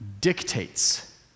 dictates